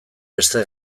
beste